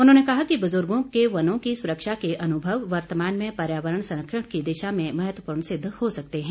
उन्होंने कहा कि बुजुर्गों के वनों की सुरक्षा के अनुभव वर्तमान में पर्यावरण संरक्षण की दिशा में महत्वपूर्ण सिद्ध हो सकते हैं